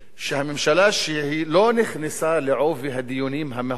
שלא נכנסה בעובי הדיונים המהותיים על תקציב המדינה,